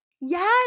yes